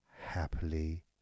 happily